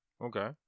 Okay